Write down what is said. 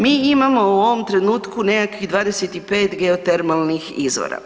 Mi imamo u ovom trenutku nekakvih 25 geotermalnih izvora.